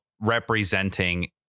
representing